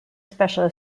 special